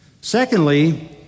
Secondly